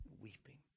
weeping